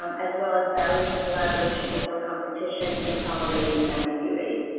um as well as valuing collaboration over competition and tolerating ambiguity.